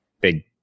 big